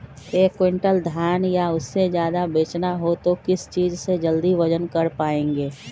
एक क्विंटल धान या उससे ज्यादा बेचना हो तो किस चीज से जल्दी वजन कर पायेंगे?